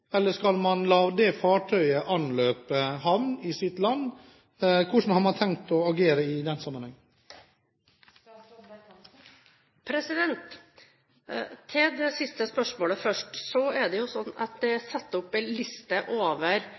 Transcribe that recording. eller skal man la det fartøyet anløpe havn i sitt land? Hvordan har man tenkt å agere i den sammenheng? Til det siste spørsmålet først: Det er jo slik at det er satt opp en liste over